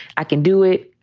i can do it.